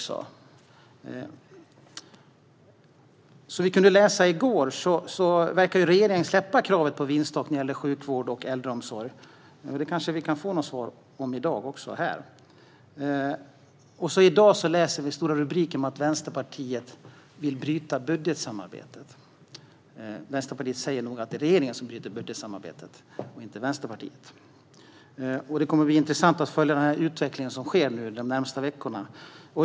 Som vi kunde läsa i går verkar regeringen släppa kravet på vinsttak när det gäller sjukvård och äldreomsorg. Vi kanske kan få ett svar på det här i dag. I dag läser vi stora rubriker om att Vänsterpartiet vill bryta budgetsamarbetet. Fast Vänsterpartiet säger nog att det är regeringen som bryter samarbetet och inte Vänsterpartiet. Det kommer att bli intressant att följa utvecklingen de närmaste veckorna.